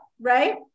right